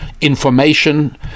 information